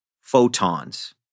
photons